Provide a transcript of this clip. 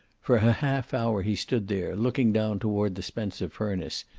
for a half hour he stood there, looking down toward the spencer furnace,